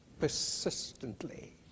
persistently